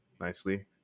nicely